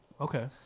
Okay